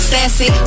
Sassy